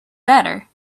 better